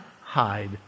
hide